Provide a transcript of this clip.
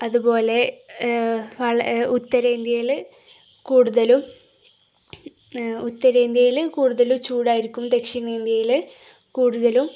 അതുപോലെ ഉത്തരേന്ത്യയില് കൂടുതലും ഉത്തരേന്ത്യയില് കൂടുതലും ചൂടായിരിക്കും ദക്ഷിണേന്ത്യയില് കൂടുതലും